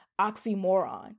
oxymoron